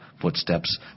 footsteps